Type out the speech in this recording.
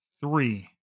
three